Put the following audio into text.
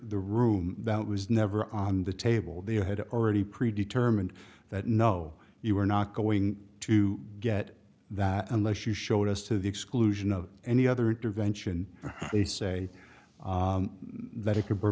the room that was never on the table they had already predetermined that no you were not going to get that unless you showed us to the exclusion of any other intervention they say that it could